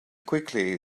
quickly